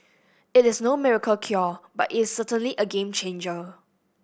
it is no miracle cure but its certainly a game changer